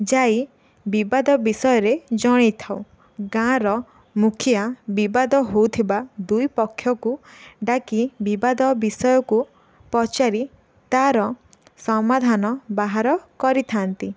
ଯାଇ ବିବାଦ ବିଷୟରେ ଜଣାଇଥାଉ ଗାଁର ମୁଖିଆ ବିବାଦ ହେଉଥିବା ଦୁଇ ପକ୍ଷକୁ ଡାକି ବିବାଦ ବିଷୟକୁ ପଚାରି ତା'ର ସମାଧାନ ବାହାର କରିଥାନ୍ତି